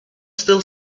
still